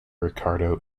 ricardo